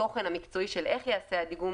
התוכן המקצועי של איך ייעשה הדיגום,